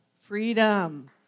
freedom